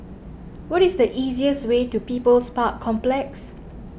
what is the easiest way to People's Park Complex